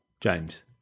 james